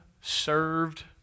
served